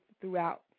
throughout